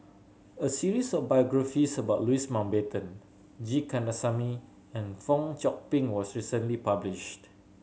a series of biographies about Louis Mountbatten G Kandasamy and Fong Chong Pik was recently published